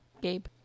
Gabe